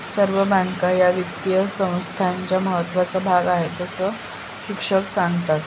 सर्व बँका या वित्तीय संस्थांचा महत्त्वाचा भाग आहेत, अस शिक्षक सांगतात